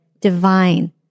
Divine